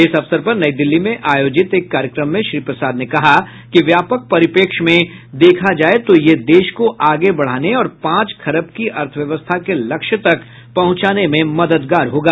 इस अवसर पर नई दिल्ली में आयोजित एक कार्यक्रम में श्री प्रसाद ने कहा कि व्यापक परिप्रेक्ष्य में देखा जाये तो यह देश को आगे बढ़ाने और पांच खरब की अर्थव्यस्था के लक्ष्य तक पहुंचाने में मददगार होगा